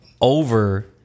over